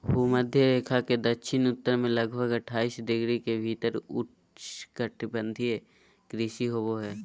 भूमध्य रेखा के दक्षिण उत्तर में लगभग अट्ठाईस डिग्री के भीतर उष्णकटिबंधीय कृषि होबो हइ